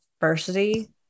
diversity